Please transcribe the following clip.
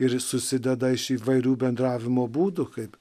ir susideda iš įvairių bendravimo būdų kaip